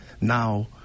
now